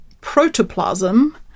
protoplasm